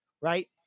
right